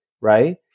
right